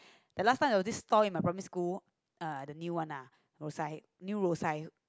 the last time there was this stall in my primary school uh the new one lah Rosyth new Rosyth